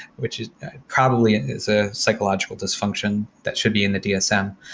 which probably, it's a psychological dysfunction that should be in the dsm.